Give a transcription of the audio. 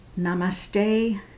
Namaste